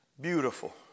beautiful